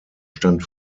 stand